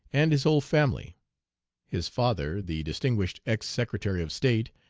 and his whole family his father, the distinguished ex-secretary of state,